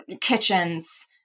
kitchens